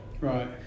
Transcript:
Right